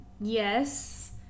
yes